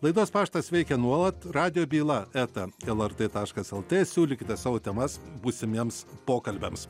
laidos paštas veikia nuolat radijo byla eta lrt taškas lt siūlykite savo temas būsimiems pokalbiams